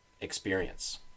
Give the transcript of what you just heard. experience